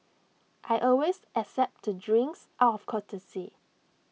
I always accept to drinks out of courtesy